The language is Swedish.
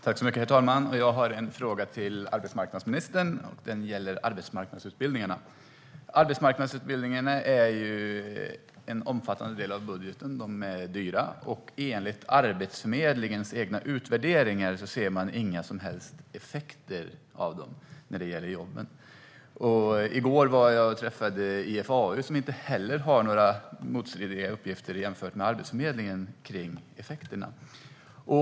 Herr talman! Jag har en fråga till arbetsmarknadsministern gällande arbetsmarknadsutbildningarna. Arbetsmarknadsutbildningarna är en omfattande del av budgeten. De är dyra. Och enligt Arbetsförmedlingens egna utvärderingar ser man inga som helst effekter av dem när det gäller jobben. Jag träffade IFAU i går. De har inga motstridiga uppgifter om effekterna jämfört med Arbetsförmedlingen.